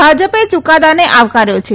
ભાજપે યુકાદાને આવકાર્યો છે